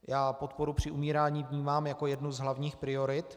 Já podporu při umírání vnímám jako jednu z hlavních priorit.